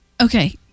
Okay